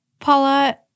Paula